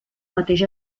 mateix